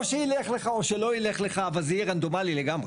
או שילך לך או שלא ילך לך אבל זה יהיה רנדומלי לגמרי.